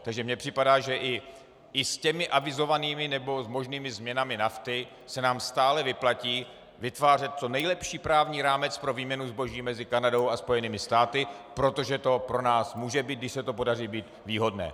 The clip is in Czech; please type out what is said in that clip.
Takže mně připadá, že i s těmi avizovanými nebo možnými změnami NAFTA se nám stále vyplatí vytvářet co nejlepší právní rámec pro výměnu zboží mezi Kanadou a Spojenými státy, protože to pro nás může být, když se to podaří, výhodné.